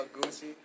goosey